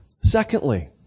Secondly